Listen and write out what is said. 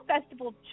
festival